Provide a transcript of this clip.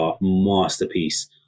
masterpiece